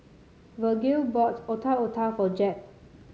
Virgil bought Otak Otak for Jeb